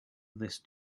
this